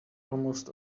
almost